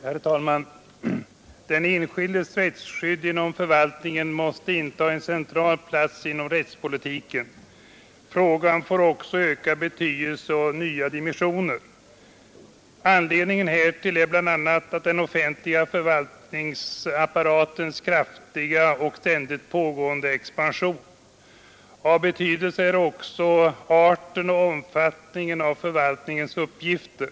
Herr talman! Den enskildes rättsskydd inom förvaltningen måste inta en central plats inom rättspolitiken. Frågan får också ökad betydelse och nya dimensioner. Anledningen härtill är bl.a. den offentliga förvaltnings — Nr 117 apparatens kraftiga och ständigt pågående expansion. Av betydelse är Onsdagen den också arten och omfattningen av förvaltningens uppgifter.